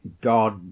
God